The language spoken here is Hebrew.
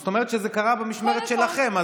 זאת אומרת שזה קרה במשמרת שלכם.